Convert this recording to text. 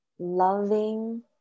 Loving